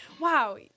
wow